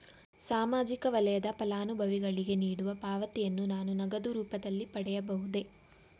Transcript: ಸಾಮಾಜಿಕ ವಲಯದ ಫಲಾನುಭವಿಗಳಿಗೆ ನೀಡುವ ಪಾವತಿಯನ್ನು ನಾನು ನಗದು ರೂಪದಲ್ಲಿ ಪಡೆಯಬಹುದೇ?